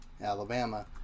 Alabama